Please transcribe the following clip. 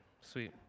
sweet